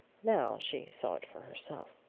now she saw it for herself.